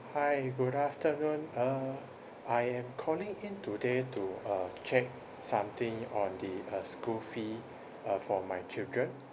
hi good afternoon uh I am calling in today to uh check something on the uh school fee uh for my children